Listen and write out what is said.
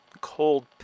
cold